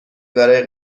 برای